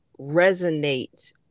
resonate